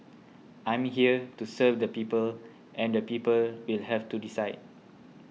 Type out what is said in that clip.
I'm here to serve the people and the people will have to decide